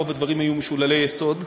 רוב הדברים היו משוללי יסוד.